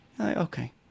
okay